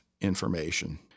information